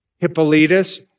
Hippolytus